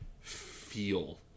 feel